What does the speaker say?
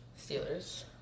Steelers